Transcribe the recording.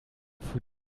für